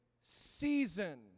season